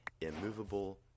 immovable